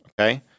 Okay